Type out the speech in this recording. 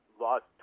lost